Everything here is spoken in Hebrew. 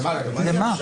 למה?